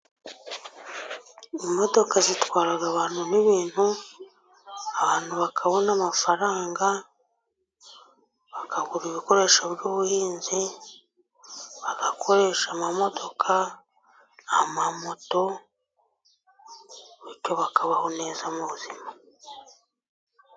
Imodoka zitwaraga abantu n'ibintu, abantu bakabona amafaranga, bakagura ibikoresho by'ubuhinzi, bagakoresha amamodoka, amamoto, bityo bakabaho neza mu buzima.